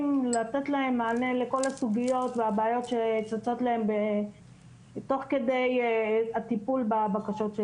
לתת להם מענה לכל הסוגיות והבעיות שצצות תוך כדי הטיפול בבקשות.